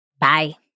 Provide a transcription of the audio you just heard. Bye